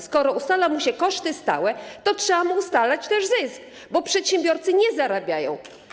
Skoro ustala mu się koszty stałe, to trzeba mu ustalać też zysk, bo przedsiębiorcy nie zarabiają.